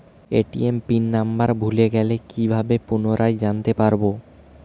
ATM pin number ভুলে গেলে কি ভাবে পুনরায় জানতে পারবো?